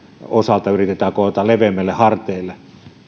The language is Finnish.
osalta yritetään koota leveämmille harteille